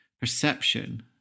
perception